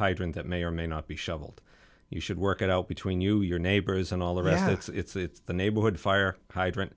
hydrant that may or may not be shoveled you should work it out between you your neighbors and all the rest it's the neighborhood fire hydrant